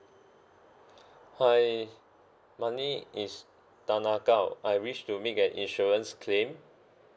hi my name is tan ah kow I wish to make an insurance claim